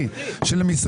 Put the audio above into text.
מלא.